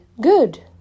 Good